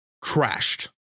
crashed